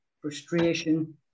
frustration